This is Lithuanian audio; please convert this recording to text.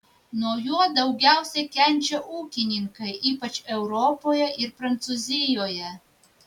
nuo jo daugiausiai kenčia ūkininkai ypač europoje ir prancūzijoje